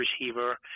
receiver